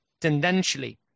tendentially